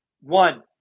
One